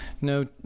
no